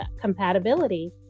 compatibility